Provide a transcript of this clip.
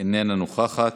איננה נוכחת.